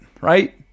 right